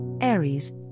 Aries